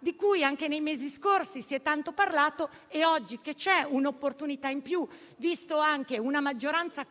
di cui anche nei mesi scorsi si è tanto parlato. Oggi che c'è un'opportunità in più, vista anche l'ampia maggioranza